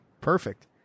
Perfect